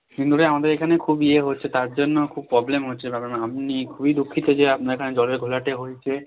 কিছুদিন ধরেই আমাদের এখানে খুব ইয়ে হচ্ছে তার জন্য খুব প্রবলেম হচ্ছে এ ব্যাপারে ম্যাম আপনি খুবই দুঃখিত যে আপনার এখানে জলের ঘোলাটে হয়েছে